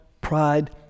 pride